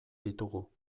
ditugu